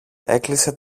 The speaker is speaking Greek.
έκλεισε